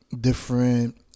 different